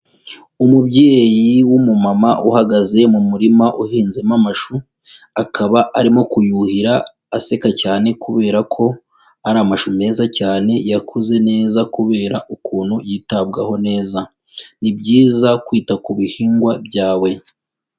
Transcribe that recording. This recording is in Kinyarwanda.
Umubyeyi w'umumama uhagaze mu murima uhinzemo amashu, akaba arimo kuyuhira aseka cyane kubera ko ari amashu meza cyane yakuze neza kubera ukuntu yitabwaho neza. Ni byiza kwita ku bihingwa byawe.